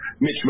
Mitch